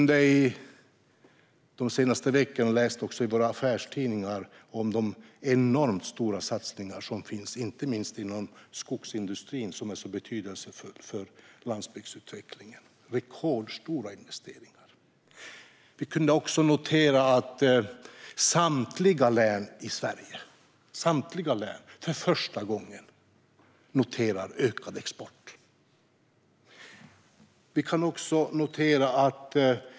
De senaste veckorna har vi i våra affärstidningar kunnat läsa om de enormt stora satsningar som görs inom inte minst skogsindustrin, som är så betydelsefull för landsbygdsutvecklingen. Det är rekordstora investeringar. Vi har också kunnat se att samtliga län i Sverige för första gången noterar ökad export.